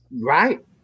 Right